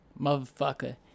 Motherfucker